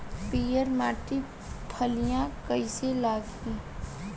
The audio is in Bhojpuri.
पीयर माटी में फलियां कइसे लागी?